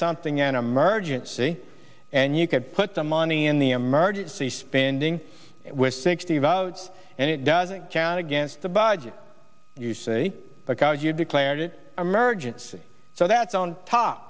something an emergency and you can put the money in the emergency spending with sixty votes and it doesn't chant against the budget you see a card you declared emergency so that's on top